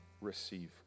receive